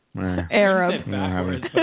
Arab